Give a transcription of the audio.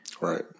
Right